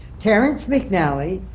terrence mcnally,